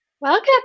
Welcome